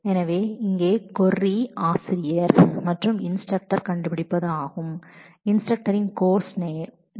எனவே இங்கே கொரி ஆசிரியர் மற்றும் இன்ஸ்டரக்டர் கண்டுபிடிப்பது ஆகும் இன்ஸ்டரக்டர் இசைத் துறையில் இருந்து மற்றும் அவர் அந்த பாடத்தை 2009 இலிருந்து கற்பித்து கொண்டிருக்கவேண்டும்